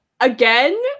Again